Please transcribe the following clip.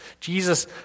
Jesus